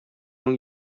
اون